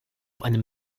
einem